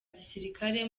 gisirikare